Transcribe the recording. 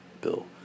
bill